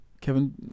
Kevin